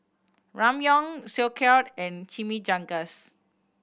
Ramyeon Sauerkraut and Chimichangas